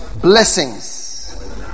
blessings